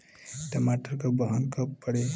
टमाटर क बहन कब पड़ी?